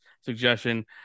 suggestion